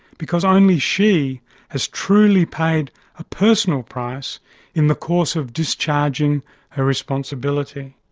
because only she has truly paid a personal price in the course of discharging her responsibility.